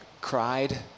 cried